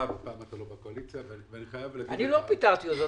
ופעם אתה לא בקואליציה -- אני לא פיטרתי אותו,